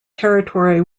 territory